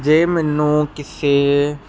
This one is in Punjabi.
ਜੇ ਮੈਨੂੰ ਕਿਸੇ